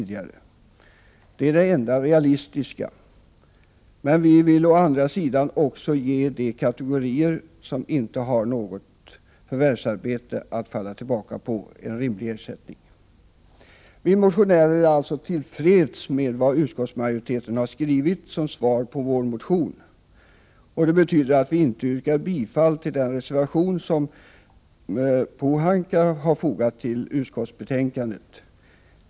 Det är det enda realistiska. Men vi vill å andra sidan också ge de kategorier som inte har något förvärvsarbete en rimlig ersättning att falla tillbaka på. Vi motionärer är alltså till freds med vad utskottsmajoriteten har skrivit som svar på vår motion. Det betyder att vi inte yrkar bifall till den reservation som Ragnhild Pohanka har fogat till utskottsbetänkandet.